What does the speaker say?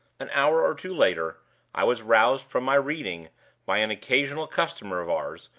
an hour or two later i was roused from my reading by an occasional customer of ours,